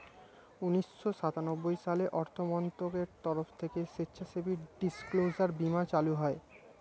উন্নিশো সাতানব্বই সালে অর্থমন্ত্রকের তরফ থেকে স্বেচ্ছাসেবী ডিসক্লোজার বীমা চালু হয়